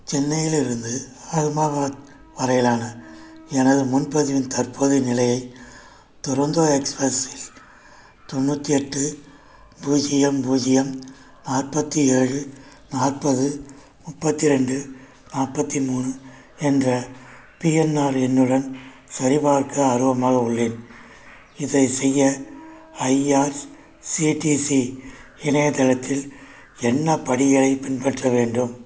சென்னையிலிருந்து ஹால்மாபாத் வரையிலான எனது முன்பதிவின் தற்போதைய நிலையை துரந்தோ எக்ஸ்பிரஸின் தொண்ணூற்றி எட்டு பூஜ்யம் பூஜ்யம் நாற்பத்தி ஏழு நாற்பது முப்பத்தி ரெண்டு நாற்பத்தி மூணு என்ற பிஎன்ஆர் எண்ணுடன் சரிபார்க்க ஆர்வமாக உள்ளேன் இதை செய்ய ஐஆர்சிடிசி இணையதளத்தில் என்னப் படிகளை பின்பற்ற வேண்டும்